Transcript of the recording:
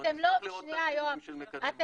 צריך לראות את הנתונים של מקדם --- שנייה,